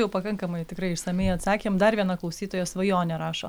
jau pakankamai tikrai išsamiai atsakėm dar viena klausytoja svajonė rašo